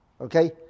okay